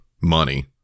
money